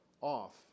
off